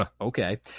okay